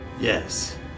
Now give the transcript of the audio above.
Yes